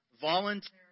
Voluntary